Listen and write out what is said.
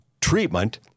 treatment